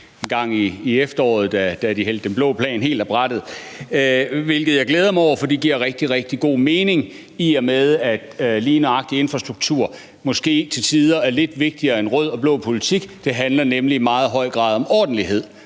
engang i efteråret, da de hældte den blå plan helt af brættet, hvilket jeg glæder mig over, for det giver rigtig, rigtig god mening, i og med at lige nøjagtig infrastruktur måske til tider er lidt vigtigere end rød og blå politik – det handler nemlig i meget høj grad om ordentlighed.